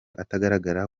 atagaragara